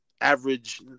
average